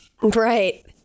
Right